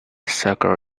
circle